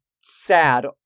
sad